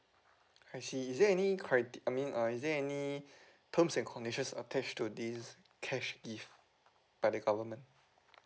I see is there any crit~ I mean uh is there any terms and conditions attached to this cash gift by the government